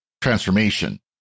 transformation